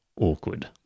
awkward